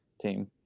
team